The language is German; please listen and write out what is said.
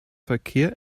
verkehr